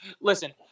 Listen